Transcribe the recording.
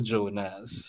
Jonas